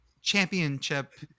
championship